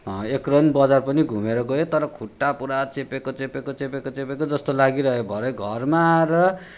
एक राउन्ड बजार पनि घुमेर गएँ तर खुट्टा पुरा चेपेको चेपेको चेपेको चेपेको जस्तो लागिरह्यो भरे घरमा आएर